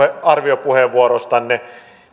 arviopuheenvuorostanne